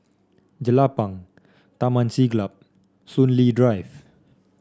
Jelapang Taman Siglap Soon Lee Drive